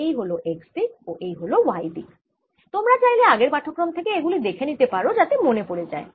এই হল x দিক ও এই হল y দিক তোমরা চাইলে আগের পাঠক্রম থেকে এগুলি দেখে নিতে পারো যাতে মনে পড়ে যায়